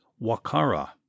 Wakara